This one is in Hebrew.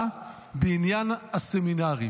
במילה,